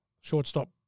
shortstop